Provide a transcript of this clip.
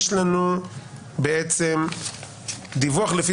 יש לנו דיווח לפי